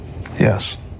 Yes